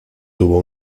tuvo